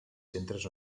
centres